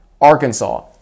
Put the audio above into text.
Arkansas